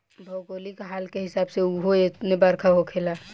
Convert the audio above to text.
भौगोलिक हाल के हिसाब से उहो उतने बरखा होखेला